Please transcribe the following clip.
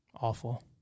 awful